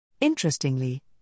Interestingly